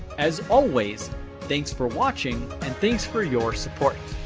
as always thanks for watching and thanks for your support!